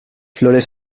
flores